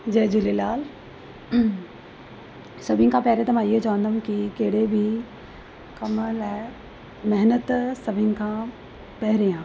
जय झूलेलाल सभिनि खां पहिरों त मां इहो चवंदमि कहिड़े बि कम लाइ महिनत सभिनि खां पहिरीं आहे